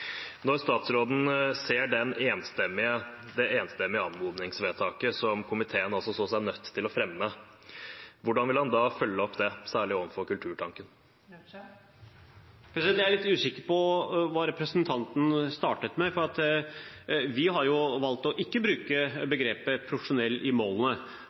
Når statsråden ser det enstemmige anmodningsvedtaket som komiteen så seg nødt til å fremme, hvordan vil han da følge opp det, særlig overfor Kulturtanken? Jeg er litt usikker på hva representanten Øvstegård startet med, for vi har valgt ikke å bruke begrepet «profesjonell» i målene,